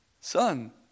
son